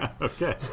Okay